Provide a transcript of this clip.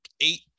eight